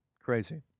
crazy